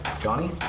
Johnny